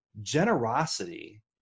generosity